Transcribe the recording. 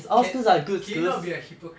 ca~ can you not be a hypocrite